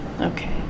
okay